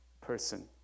person